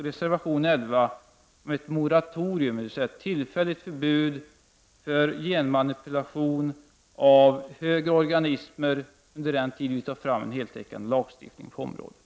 Vidare yrkar jag bifall till reservation 11, där jag föreslår ett moratorium — dvs. ett tillfälligt förbud när det gäller genmanipulation av högre organismer under den tid som man arbetar på att få fram en heltäckande lagstiftning på området.